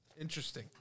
Interesting